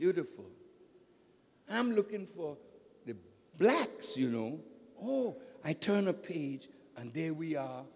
beautiful i'm looking for the blacks you know i turn a page and there we are